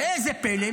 ראה זה פלא,